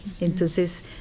entonces